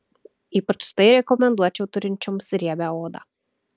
ypač tai rekomenduočiau turinčioms riebią odą